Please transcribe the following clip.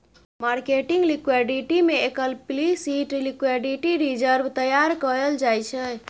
marketing liquidity में explicit liquidity reserve तैयार कएल जाइ छै